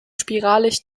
spiralig